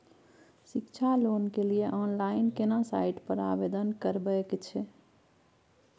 शिक्षा लोन के लिए ऑनलाइन केना साइट पर आवेदन करबैक छै?